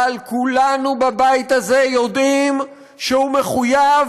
אבל כולנו בבית הזה יודעים שהוא מחויב